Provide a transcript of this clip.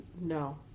No